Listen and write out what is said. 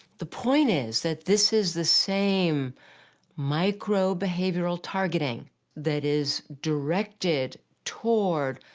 the point is that this is the same micro-behavioral targeting that is directed toward